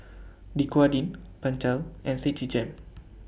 Dequadin Pentel and Citigem